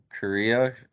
Korea